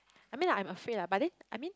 I mean I'm afraid lah but then I mean